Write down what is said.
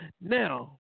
Now